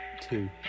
two